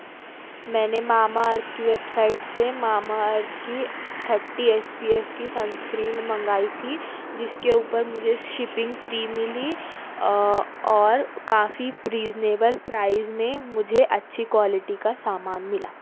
میں نے Mamaearth کی ویب سائٹ سے ماما ارتھ کی تھرٹی ایس پی ایف کی سنس کریم منگائی تھی جس کے اوپر مجھے شپنگ فری ملی اور کافی ریزنبیبل پرائز میں مجھے اچھی کوالٹی کا سامان ملا